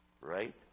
right